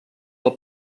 del